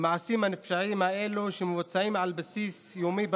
המעשים הנפשעים האלה שמבוצעים על בסיס יומי בנגב,